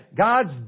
God's